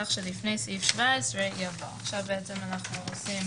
כך שלפני סעיף 17 יבוא: עכשיו אנחנו עושים